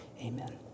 Amen